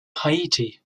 haiti